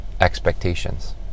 expectations